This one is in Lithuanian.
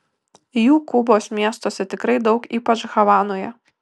jų kubos miestuose tikrai daug ypač havanoje